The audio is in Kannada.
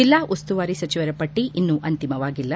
ಜೆಲ್ಲಾ ಉಸ್ತುವಾರಿ ಸಚಿವರ ಪಟ್ಟಿ ಇನ್ನೂ ಅಂತಿಮವಾಗಿಲ್ಲ